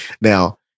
Now